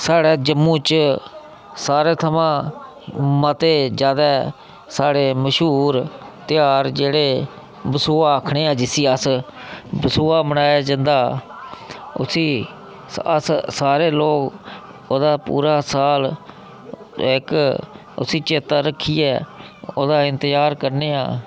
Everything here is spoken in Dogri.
साढ़े जम्मू च सारे थमां मते जादै साढ़े मश्हूर ध्यार जेह्ड़े बसोआ आखने आं जिसी अस बसोआ मनाया जंदा उसी अस सारे लोक ओह्दा पूरा साल इक्क उसी चेता रक्खियै ओह्दा इंतजार करने आं